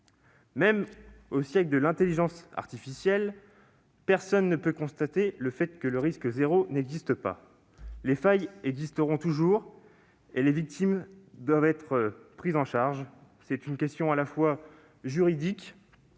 Même au siècle de l'intelligence artificielle, personne ne peut contester le fait que le risque zéro n'existe pas. Les failles existeront toujours, et les victimes doivent être prises en charge. C'est une question tant juridique,